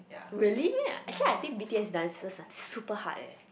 really meh actually I think B_T_S dances are super hard eh